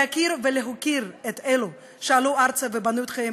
להכיר ולהוקיר את אלו שעלו ארצה ובנו את חייהם